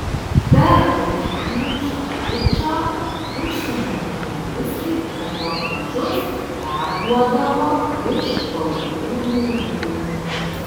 per rugpjūčio pučą užsienio žurnalistai reportažus perduodavo iš baltųjų rūmų